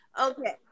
Okay